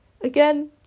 Again